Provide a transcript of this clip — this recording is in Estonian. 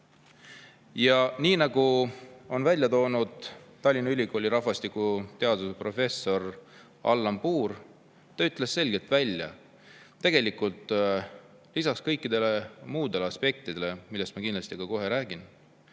kriis Eestis. Tallinna Ülikooli rahvastikuteaduse professor Allan Puur ütles selgelt välja, et lisaks kõikidele muudele aspektidele, millest ma kindlasti ka kohe räägin,